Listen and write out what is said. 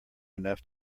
enough